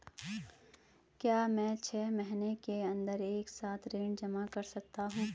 क्या मैं छः महीने के अन्दर एक साथ ऋण जमा कर सकता हूँ?